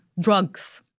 drugs